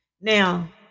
Now